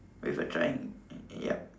with a drawing yup